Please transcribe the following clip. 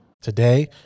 Today